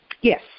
Yes